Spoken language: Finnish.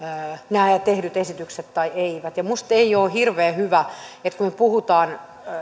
nämä tehdyt esitykset tai eivät minusta ei ole hirveän hyvä kun me puhumme